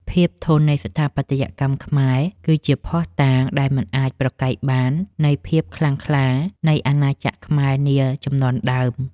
ភាពធន់នៃស្ថាបត្យកម្មខ្មែរគឺជាភស្តុតាងដែលមិនអាចប្រកែកបាននៃភាពខ្លាំងក្លានៃអាណាចក្រខ្មែរនាជំនាន់ដើម។